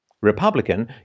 Republican